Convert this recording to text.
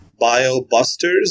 biobusters